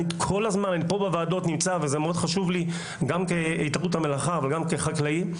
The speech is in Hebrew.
זה חשוב לי גם כהתאחדות המלאה וגם כחקלאי.